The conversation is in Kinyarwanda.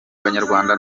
abanyarwanda